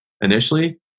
initially